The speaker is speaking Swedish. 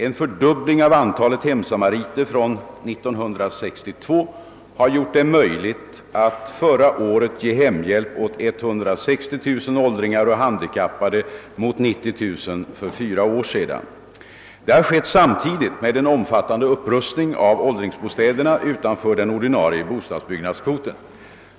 En fördubbling av antalet hemsamariter från 1962 har gjort det möjligt att förra året ge hemhjälp åt 160 000 åldringar och handikappade mot 90 000 för fyra år sedan. Detta har gjorts samtidigt med en omfattande upprustning av åldringsbostäderna utanför den ordinarie bostadsbyggnadskvoten.